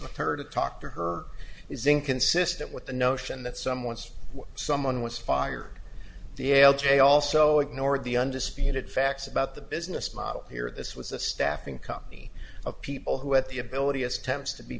with her to talk to her is inconsistent with the notion that someone's someone was fired the l j also ignored the undisputed facts about the business model here this was a staffing company of people who had the ability as temps to be